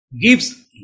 gives